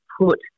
put